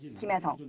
kim hyesung,